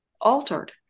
altered